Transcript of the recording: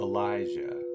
Elijah